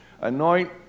anoint